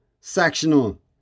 sectional